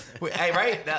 right